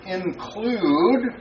include